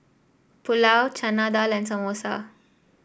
Pulao Chana Dal and Samosa